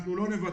אנחנו לא נוותר.